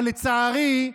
אבל לצערי,